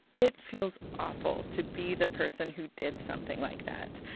it feels awful to be the person who did something like that,